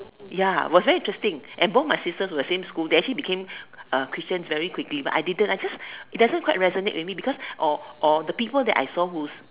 ya it was very interesting and both my sisters were in the same school they actually became uh Christians very quickly but I didn't I just it didn't quite resonate with me because or or the people that I saw who's